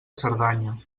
cerdanya